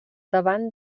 davant